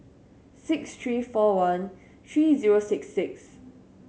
six three four one three zero six six